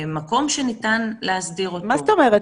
מקום שניתן להסדיר אותו --- מה זאת אומרת?